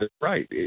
Right